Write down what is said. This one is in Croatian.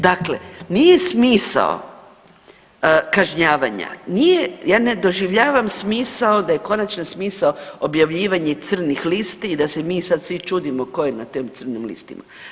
Dakle, nije smisao kažnjavanja, nije, ja ne doživljavam smisao da je konačno smisao objavljivanje crnih listi i da se mi sad svi čudimo tko je na tim crnim listama.